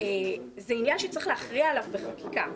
זה עניין שצריך להכריע עליו בחקיקה.